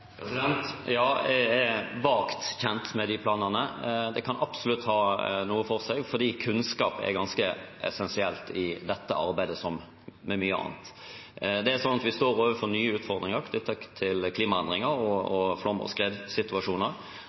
Ja, jeg er vagt kjent med de planene. Det kan absolutt ha noe for seg, fordi kunnskap er ganske essensielt i dette arbeidet, som i mye annet. Vi står overfor nye utfordringer knyttet til klimaendringer og flom- og skredsituasjoner.